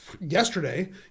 yesterday